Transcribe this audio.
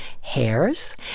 hairs